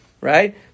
right